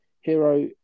Hero